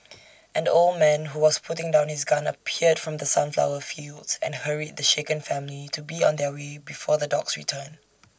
an old man who was putting down his gun appeared from the sunflower fields and hurried the shaken family to be on their way before the dogs return